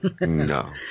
No